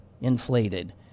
inflated